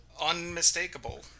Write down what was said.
Unmistakable